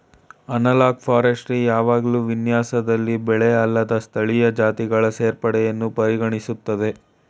analogue forestry ಯಾವಾಗ್ಲೂ ವಿನ್ಯಾಸದಲ್ಲಿ ಬೆಳೆಅಲ್ಲದ ಸ್ಥಳೀಯ ಜಾತಿಗಳ ಸೇರ್ಪಡೆಯನ್ನು ಪರಿಗಣಿಸ್ತದೆ